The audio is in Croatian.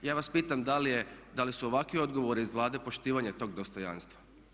Ja vas pitam da li su ovakvi odgovori iz Vlade poštivanje tog dostojanstva?